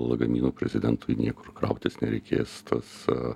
lagaminų prezidentui niekur krauktis nereikės tas a